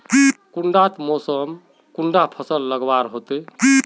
कुंडा मोसमोत कुंडा फसल लगवार होते?